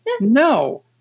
No